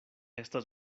estas